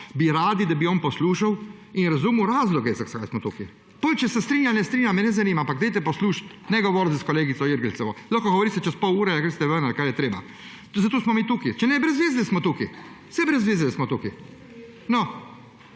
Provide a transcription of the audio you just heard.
bi radi, da bi on poslušal in razumel razloge, zakaj smo tukaj. Potem, če se strinja, ne strinja, me ne zanima, ampak dajte poslušati. Ne govoriti s kolegico Irgl! Lahko govorita čez pol ure, ali gresta ven, ali kar je treba. Zato smo mi tukaj. Če ne, je brez zveze, da smo tukaj. Saj je brez zveze, da smo tukaj.